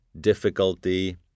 difficulty